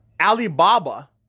Alibaba